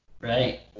Right